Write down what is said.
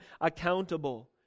accountable